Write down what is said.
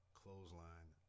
clothesline